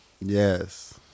Yes